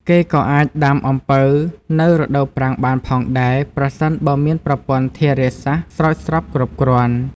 គេក៏អាចដាំអំពៅនៅដូវប្រាំងបានផងដែរ ប្រសិនបើមានប្រព័ន្ធធារាសាស្ត្រស្រោចស្រពគ្រប់គ្រាន់។